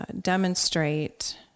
demonstrate